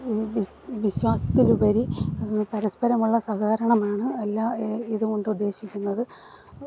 വിശ്വാസത്തിൽ ഉപരി പരസ്പരമുള്ള സഹകരണമാണ് എല്ലാ ഇതും കൊണ്ട് ഉദ്ദേശിക്കുന്നത്